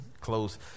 close